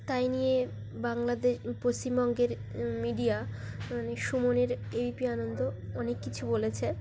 তাই নিয়ে বাংলাদেশ পশ্চিমবঙ্গের মিডিয়া মানে সুমনের এ বি পি আনন্দ অনেক কিছু বলেছে